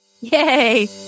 Yay